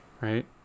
right